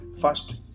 first